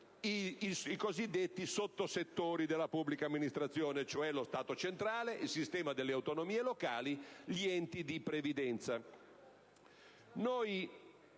i cosiddetti sottosettori della pubblica amministrazione, cioè lo Stato centrale, il sistema delle autonomie locali, gli enti di previdenza.